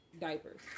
diapers